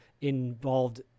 involved